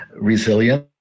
resilience